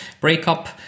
breakup